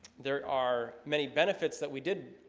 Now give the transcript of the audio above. there are many benefits that we did